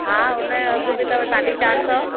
हा हुन जो अघु बि अथव साढी चारि सौ